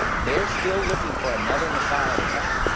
they're still looking for another messiah to come,